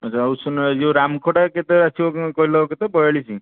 ଆଉ ଯୋଉ ଉଷୁନା ଯୋଉ ରାମଖୋଟା କେତେ ଆସିବ କହିଲ କେତେ ବୟାଳିଶି